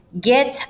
get